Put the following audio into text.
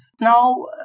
Now